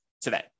today